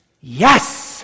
Yes